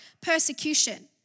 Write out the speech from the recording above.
persecution